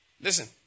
Listen